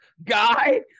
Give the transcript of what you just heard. guy